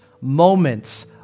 moments